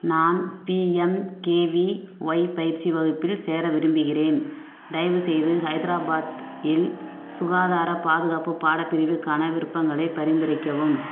நான் பிஎம்கேவிஒய் பயிற்சி வகுப்பில் சேர விரும்புகிறேன் தயவுசெய்து ஹைதராபாத் இல் சுகாதார பாதுகாப்பு பாடப் பிரிவுக்கான விருப்பங்களை பரிந்துரைக்கவும்